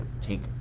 take